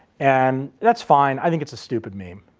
and that's fine. i think it's a stupid meme.